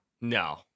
no